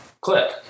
clip